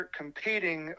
competing